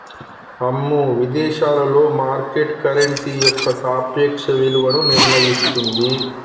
అమ్మో విదేశాలలో market currency యొక్క సాపేక్ష విలువను నిర్ణయిస్తుంది